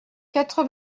quatre